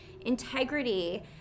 integrity